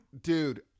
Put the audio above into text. dude